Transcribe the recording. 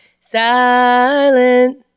Silent